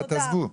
תעזבו.